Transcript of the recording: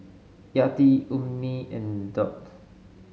Yati Ummi and Daud